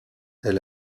elle